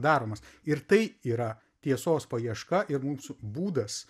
daromas ir tai yra tiesos paieška ir mūsų būdas